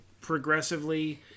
progressively